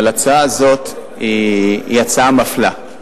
אבל ההצעה הזאת היא הצעה מפלה,